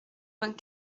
vingt